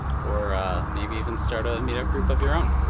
or maybe even start a meetup group of your own.